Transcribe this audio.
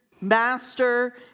Master